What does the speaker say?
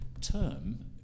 term